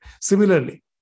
Similarly